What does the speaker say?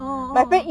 orh orh